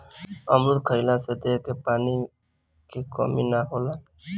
अमरुद खइला से देह में पानी के कमी ना होला